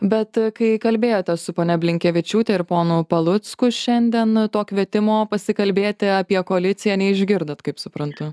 bet kai kalbėjote su ponia blinkevičiūte ir ponu palucku šiandien to kvietimo pasikalbėti apie koaliciją neišgirdot kaip suprantu